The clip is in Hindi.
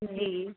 जी